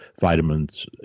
vitamins